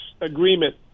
agreement